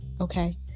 Okay